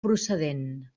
procedent